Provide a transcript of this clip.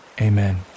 amen